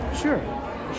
Sure